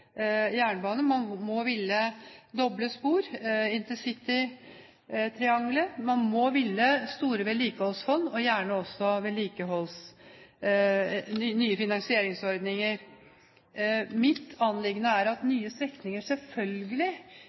doble spor, intercitytrianglet, man må ville store vedlikeholdsfond og gjerne også nye finansieringsordninger. Mitt anliggende er at nye strekninger selvfølgelig